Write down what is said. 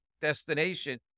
destination